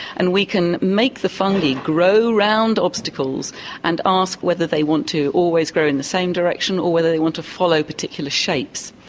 and we can make the fungi grow around obstacles and ask whether they want to always grow in the same direction, or whether they want to follow particular shapes.